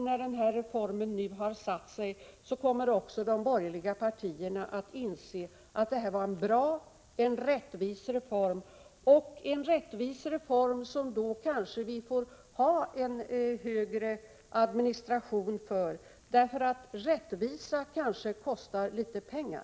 När reformen har satt sig, tror jag att även de borgerliga partierna kommer att inse att detta var en bra och rättvis reform, som vi kanske får ge en mer omfattande administration, för rättvisa kanske kostar litet pengar.